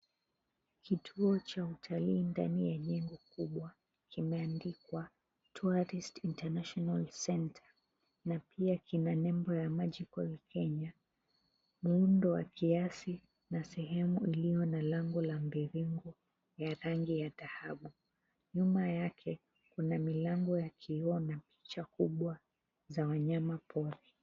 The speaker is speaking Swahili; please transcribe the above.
Kituo cha utalii ndani ya jengo kubwa kimeandikwa, Tourist International Center na pia kina nembo ya Magical Kenya. Muundo wa kiasi na sehemu iliyo na lango la mviringo ya rangi ya dhahabu. Nyuma yake kuna milango ya kioo na picha kubwa za wanyama pori.